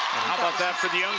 how about that for